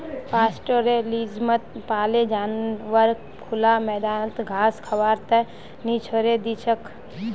पास्टोरैलिज्मत पाले जानवरक खुला मैदानत घास खबार त न छोरे दी छेक